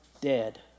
dead